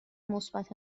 مثبت